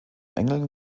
engeln